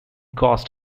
cost